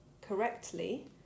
correctly